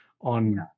on